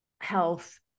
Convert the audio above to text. health